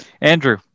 andrew